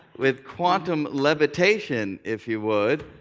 with quantum levitation, if you would,